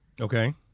Okay